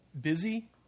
busy